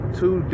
two